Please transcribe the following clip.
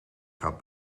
gaat